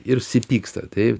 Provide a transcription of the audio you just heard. ir susipyksta taip